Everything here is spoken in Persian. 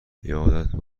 یادت